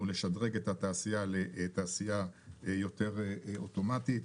לשדרג את התעשייה לתעשייה יותר אוטומטית.